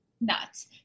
Nuts